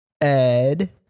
Ed